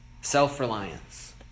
Self-reliance